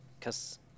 cause